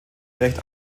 recht